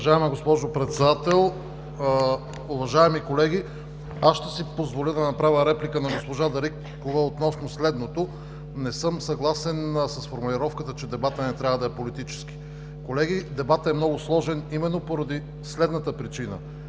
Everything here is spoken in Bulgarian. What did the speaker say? Уважаема госпожо Председател, уважаеми колеги! Аз ще си позволя да направя реплика на госпожа Дариткова относно следното: Не съм съгласен с формулировката, че дебатът не трябва да е политически. Колеги, дебатът е много сложен именно поради следната причина: